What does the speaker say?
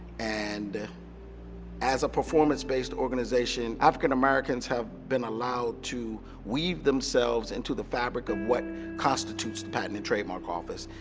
and as a performance based organization african americans have been allowed to weave themselves into the fabric of what constitutes the patent and trademark office.